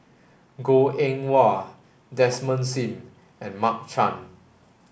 Goh Eng Wah Desmond Sim and Mark Chan